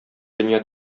дөнья